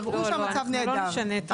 יראו שהמצב נהדר,